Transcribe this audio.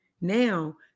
Now